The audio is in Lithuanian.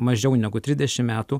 mažiau negu trisdešim metų